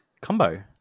combo